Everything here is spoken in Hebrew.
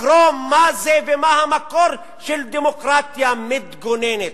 לקרוא מה זה ומה המקור של דמוקרטיה מתגוננת.